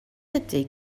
ydy